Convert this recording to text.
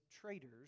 traitors